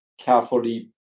carefully